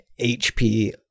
HP